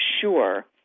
sure